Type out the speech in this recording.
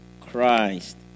Christ